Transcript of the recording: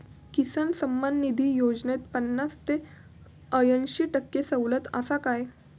किसान सन्मान निधी योजनेत पन्नास ते अंयशी टक्के सवलत आसा काय?